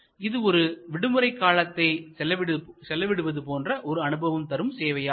இது ஒரு விடுமுறை காலத்தை செலவிடுவது போன்ற ஒரு அனுபவம் தரும் சேவையாகும்